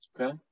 Okay